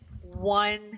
one